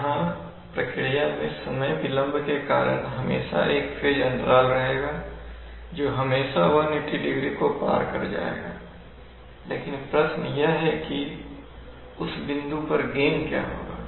तो यहां प्रक्रिया में समय विलंब के कारण हमेशा एक फेज अंतराल रहेगा जो हमेशा 180º को पार कर जाएगा लेकिन प्रश्न यह है कि उस बिंदु पर गेन क्या होगा